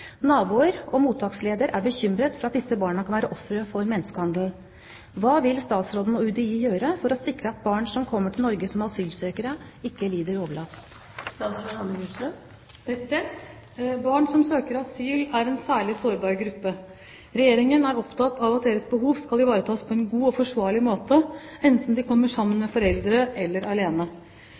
Naboer og mottaksleder er bekymret for at disse barna kan være ofre for menneskehandel. Hva vil statsråden og UDI gjøre for å sikre at barn som kommer til Norge som asylsøkere, ikke lider overlast?» Barn som søker asyl, er en særlig sårbar gruppe. Regjeringen er opptatt av at deres behov skal ivaretas på en god og forsvarlig måte, enten de kommer sammen med foreldre eller alene.